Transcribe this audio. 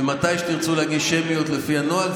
ומתי שתרצו להגיש שמיות לפי הנוהל,